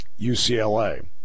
UCLA